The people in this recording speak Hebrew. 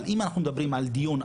אבל אם אנחנו מדברים על דיון,